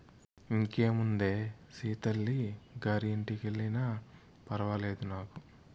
ఇంకేముందే సీతల్లి గారి ఇంటికెల్లినా ఫర్వాలేదు నాకు